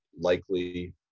likely